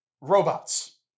robots